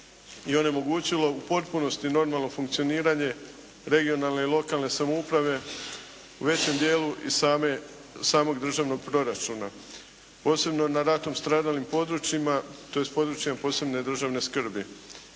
i onemogućilo u potpunosti normalno funkcioniranje regionalne i lokalne samouprave u većem dijelu i samog državnog proračuna posebno na ratom stradalim područjima, tj. područjima posebne državne skrbi.